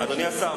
אדוני השר,